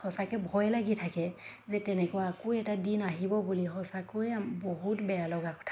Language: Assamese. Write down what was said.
সঁচাকৈ ভয় লাগি থাকে যে তেনেকুৱা আকৌ এটা দিন আহিব বুলি সঁচাকৈয়ে বহুত বেয়া লগা কথা